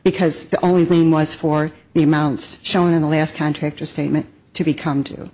because the only thing was for the amounts shown in the last contract or statement to become to